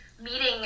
meeting